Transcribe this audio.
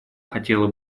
хотела